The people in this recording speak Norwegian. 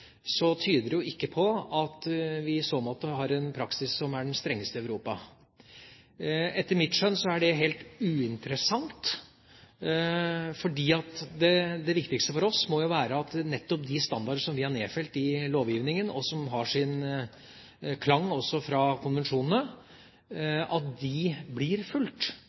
så tyder det ikke på at vi i så måte har en praksis som er den strengeste i Europa. Etter mitt skjønn er det helt uinteressant. Det viktigste for oss må jo være at nettopp de standardene som vi har nedfelt i lovgivningen, og som også har sin klang fra konvensjonene, blir fulgt, slik at folk får de